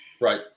Right